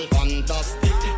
fantastic